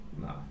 No